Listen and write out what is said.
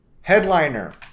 Headliner